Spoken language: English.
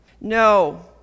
No